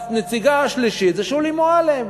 והנציגה השלישית היא שולי מועלם.